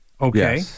Okay